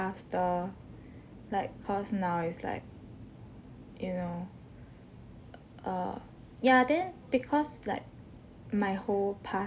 after like cause now it's like you know err ya then because like my whole past